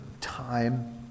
time